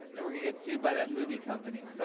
and we're going to get sued by that movie company.